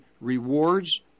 rewards